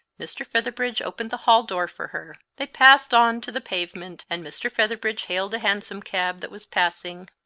mr. featherbridge opened the hall door for her they passed on to the pavement, and mr. featherbridge hailed a hansom cab that was passing.